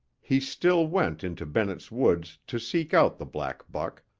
he still went into bennett's woods to seek out the black buck.